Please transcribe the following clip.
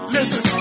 Listen